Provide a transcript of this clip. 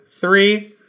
three